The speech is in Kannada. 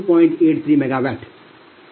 83 MW ಮೆಗಾವ್ಯಾಟ್